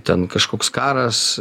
ten kažkoks karas